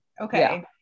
Okay